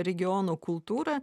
regiono kultūra